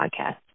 podcast